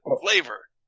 Flavor